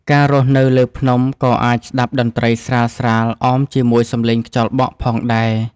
អ្នករស់នៅលើភ្នំក៏អាចស្ដាប់តន្ត្រីស្រាលៗអមជាមួយសំឡេងខ្យល់បក់ផងដែរ។